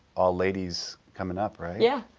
all ladies coming up, right? yeah.